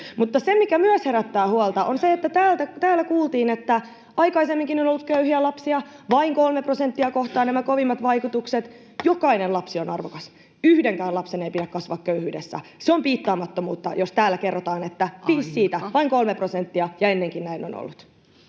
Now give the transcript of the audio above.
Mutta se, mikä myös herättää huolta, on se, että täällä kuultiin, että aikaisemminkin on ollut köyhiä lapsia, että vain kolmea prosenttia kohtaavat nämä kovimmat vaikutukset. Jokainen lapsi on arvokas. Yhdenkään lapsen ei pidä kasvaa köyhyydessä. Se on piittaamattomuutta, jos täällä kerrotaan, [Puhemies: Aika!] että viis siitä, vain kolme prosenttia ja ennenkin näin on ollut.